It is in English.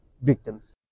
victims